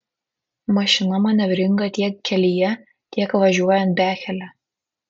mašina manevringa tiek kelyje tiek važiuojant bekele